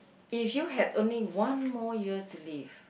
if you had only one more year to live